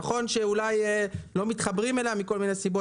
נכון שאולי לא מתחברים אליה מכל מיני סיבות,